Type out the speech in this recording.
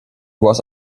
was